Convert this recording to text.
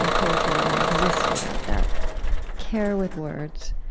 and poetry would not exist without that care with words.